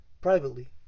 Privately